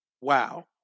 Wow